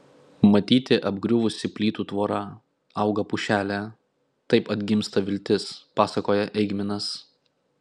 matyti apgriuvusi plytų tvora auga pušelė taip atgimsta viltis pasakoja eigminas